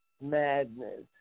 madness